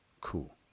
Cool